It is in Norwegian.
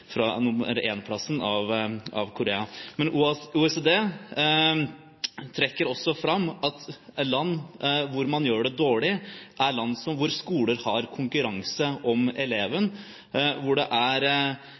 fra førsteplassen av Korea. Men OECD trekker også fram at i land hvor man gjør det dårlig, er det konkurranse i skolene om